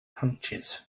hunches